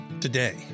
Today